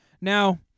Now